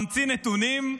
ממציא נתונים,